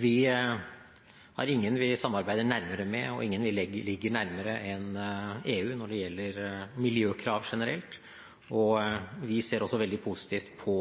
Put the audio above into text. Vi har ingen vi samarbeider nærmere med, og ingen vi ligger nærmere, enn EU når det gjelder miljøkrav generelt. Vi ser også veldig positivt på